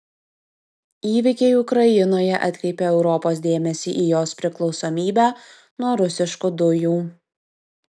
įvykiai ukrainoje atkreipė europos dėmesį į jos priklausomybę nuo rusiškų dujų